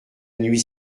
nuit